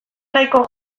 nahiko